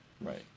Right